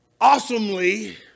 awesomely